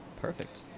Perfect